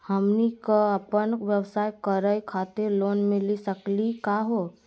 हमनी क अपन व्यवसाय करै खातिर लोन मिली सकली का हो?